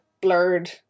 blurred